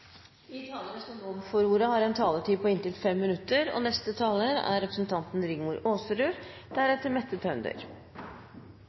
De talere som heretter får ordet, har en taletid på inntil 3 minutter. Takk til ministeren for ein god gjennomgang og for det som eg oppfattar er